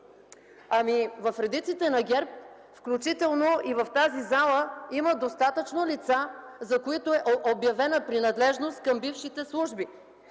В редиците на ГЕРБ, включително и в тази зала, има достатъчно лица, за които е обявена принадлежност към бившите служби.